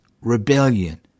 rebellion